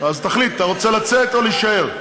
אז תחליט, אתה רוצה לצאת או להישאר?